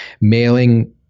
mailing